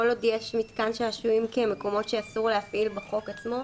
כל עוד יש מתקן שעשועים כמקומות שאסור להפעיל בחוק עצמו,